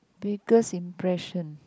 biggest impression